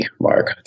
Mark